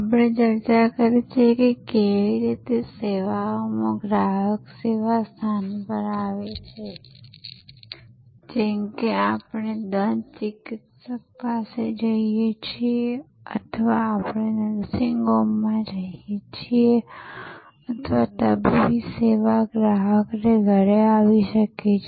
આપણે ચર્ચા કરી છે કે કેવી રીતે સેવાઓમાં ગ્રાહક સેવા સ્થાન પર આવે છે જેમ કે આપણે દંત ચિકિત્સક પાસે જઈએ છીએ અથવા આપણે નર્સિંગ હોમમાં જઈએ છીએ અથવા તબીબી સેવા ગ્રાહકને ઘરે આવી શકે છે